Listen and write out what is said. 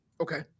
Okay